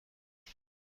کنم